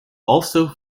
also